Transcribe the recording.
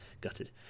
gutted